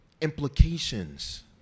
implications